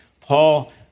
Paul